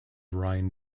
ryan